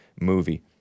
movie